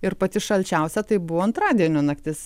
ir pati šalčiausia tai buvo antradienio naktis